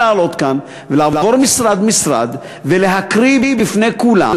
רציתי לעלות לכאן ולעבור משרד משרד ולהקריא בפני כולם: